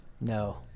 No